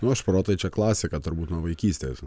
nu šprotai čia klasika turbūt nuo vaikystės